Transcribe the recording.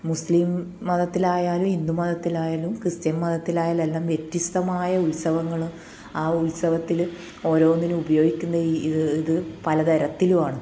മുസ്ലിം മതത്തിലായാലും ഹിന്ദു മതത്തിലായാലും ക്രിസ്ത്യൻ മതത്തിലായാലും എല്ലാം വ്യത്യസ്തമായ ഉത്സവങ്ങൾ ആ ഉത്സവത്തിൽ ഓരോന്നിനും ഉപയോഗിക്കുന്ന ഇത് പല തരത്തിലും ആണ്